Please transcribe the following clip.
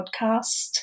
podcast